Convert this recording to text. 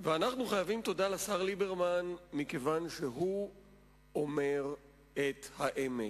מכיוון שהוא אומר את האמת.